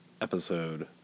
episode